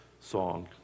song